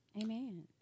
Amen